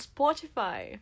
Spotify